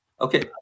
Okay